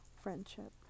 Friendship